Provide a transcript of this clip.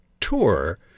tour